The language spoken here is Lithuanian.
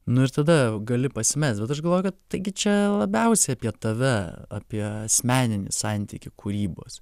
nu ir tada gali pasimest bet aš galvoju kad taigi čia labiausiai apie tave apie asmeninį santykį kūrybos